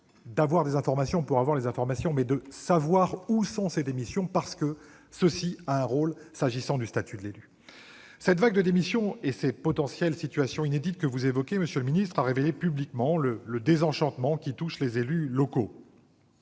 d'avoir des informations pour avoir des informations, mais de savoir où ont lieu ces démissions. Cette question a toute son importance dans la définition du statut de l'élu. Cette vague de démissions et ces potentielles situations inédites que vous évoquez, monsieur le ministre, ont révélé publiquement le désenchantement qui touche les élus locaux.